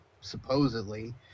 supposedly